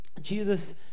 Jesus